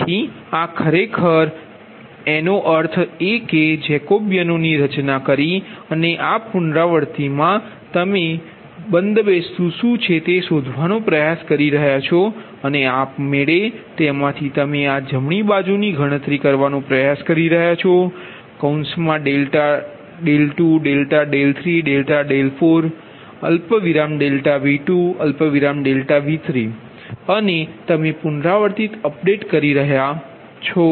તેથી આ ખરેખર છે તેનો અર્થ એ કે જેકોબીયનો ની રચના કરી અને આ પુનરાવૃત્તિ મા તમે બંધબેસતુ શું છે તે શોધવાનો પ્રયાસ કરી રહ્યાં છો અને આપમેળે તેમાંથી તમે આ જમણી બાજુની ગણતરી કરવાનો પ્રયાસ કરી રહ્યા છો ∆2 ∆3 ∆4 ∆V2 ∆V3 અને તમે પુનરાવર્તિત અપડેટ કરી રહ્યાં છો